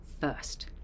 first